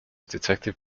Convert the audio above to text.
detective